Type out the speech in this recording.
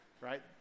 right